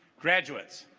graduates